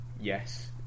yes